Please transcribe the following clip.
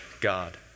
God